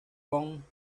gong